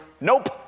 Nope